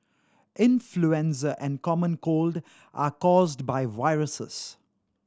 influenza and the common cold are caused by viruses